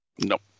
Nope